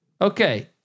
Okay